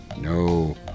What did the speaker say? No